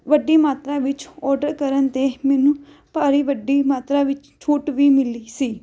ਵੱਡੀ ਮਾਤਰਾ ਵਿੱਚ ਔਰਡਰ ਕਰਨ 'ਤੇ ਮੈਨੂੰ ਭਾਰੀ ਵੱਡੀ ਮਾਤਰਾ ਵਿੱਚ ਛੂਟ ਵੀ ਮਿਲੀ ਸੀ